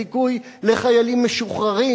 זיכוי לחיילים משוחררים